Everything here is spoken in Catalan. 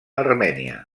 armènia